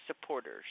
supporters